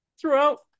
throughout